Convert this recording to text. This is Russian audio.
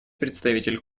представитель